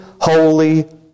holy